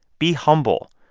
be humble.